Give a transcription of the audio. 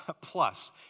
Plus